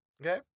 okay